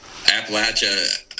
Appalachia